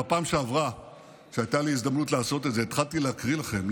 בפעם שעברה שהייתה לי הזדמנות לעשות את זה התחלתי להקריא לכם,